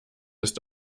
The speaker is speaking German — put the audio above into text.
ist